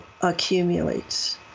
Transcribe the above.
accumulates